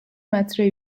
metre